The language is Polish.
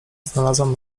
znalazłam